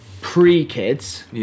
pre-kids